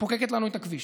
פוקקת לנו את הכביש.